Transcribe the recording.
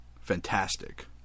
Fantastic